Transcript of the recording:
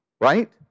Right